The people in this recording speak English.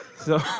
so,